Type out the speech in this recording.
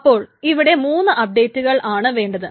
അപ്പോൾ ഇവിടെ 3 അപ്ഡേറ്റുകൾ ആണ് വേണ്ടത്